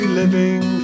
living